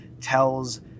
Tells